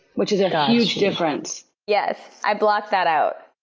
which is and a huge difference. yes, i blocked that out.